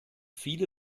viele